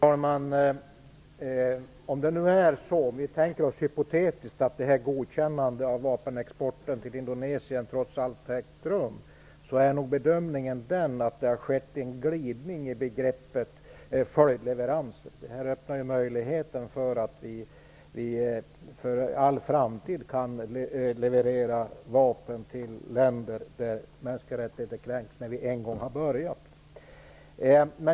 Fru talman! Om vi tänker oss hypotetiskt att det här godkännandet av vapenexporten till Indonesien trots allt har ägt rum, är nog bedömningen den att det har skett en glidning i begreppet följdleveranser. Det här öppnar ju möjligheten för att vi för all framtid kan leverera vapen till länder där mänskliga rättigheter kränks, när vi en gång har börjat.